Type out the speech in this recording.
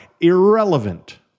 irrelevant